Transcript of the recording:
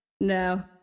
No